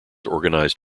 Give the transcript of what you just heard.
organized